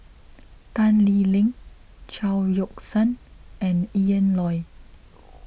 Tan Lee Leng Chao Yoke San and Ian Loy